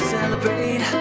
Celebrate